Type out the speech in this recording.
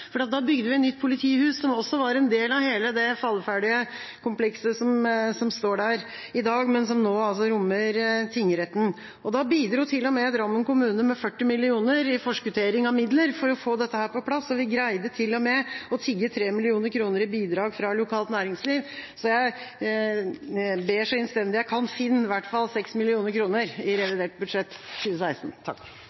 da bygde vi nytt politihus, som også var en del av hele det falleferdige komplekset som står der i dag, men som nå rommer tingretten. Da bidro til og med Drammen kommune med 40 mill. kr i forskuttering av midler for å få dette på plass, og vi greide til og med å tigge 3 mill. kr i bidrag fra lokalt næringsliv. Så jeg ber så innstendig jeg kan: Finn i hvert fall 6 mill. kr i revidert budsjett for 2016.